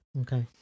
okay